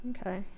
Okay